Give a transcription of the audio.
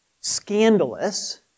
scandalous